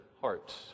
hearts